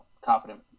confident